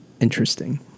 interesting